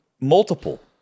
multiple